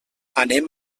anem